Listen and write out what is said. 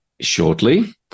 shortly